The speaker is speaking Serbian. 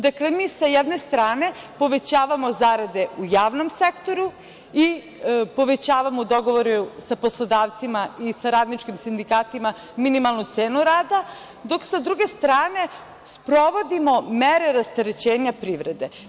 Dakle, mi sa jedne strane povećavamo zarade u javnom sektoru i povećavamo u dogovoru sa poslodavcima i radničkim sindikatima minimalnu cenu rada, dok sa druge strane sprovodimo mere rasterećenja privrede.